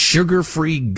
Sugar-Free